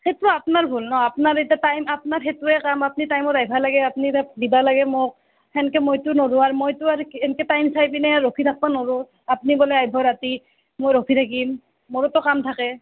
সেইটো আপনাৰ ভুল ন আপনাৰ এতিয়া টাইম আপনাৰ সেইটোৱেই কাম আপনি টাইমত আহিবা লাগে আপনি দিবা লাগে মোক সেনকে মইতো নলওঁ আৰু মইতো আৰু এনকে টাইম চাই পেলাই ৰখি থাকবা নোৰো আপনি ক'লে আহিব ৰাতি মোৰ ৰখি থাকিম মোৰোতো কাম থাকে